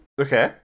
Okay